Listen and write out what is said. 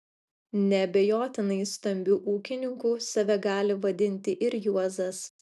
neabejotinai stambiu ūkininku save gali vadinti ir juozas